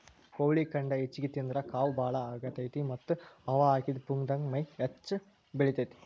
ಕೋಳಿ ಖಂಡ ಹೆಚ್ಚಿಗಿ ತಿಂದ್ರ ಕಾವ್ ಬಾಳ ಆಗತೇತಿ ಮತ್ತ್ ಹವಾ ಹಾಕಿದ ಪುಗ್ಗಾದಂಗ ಮೈ ಹೆಚ್ಚ ಬೆಳಿತೇತಿ